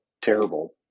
terrible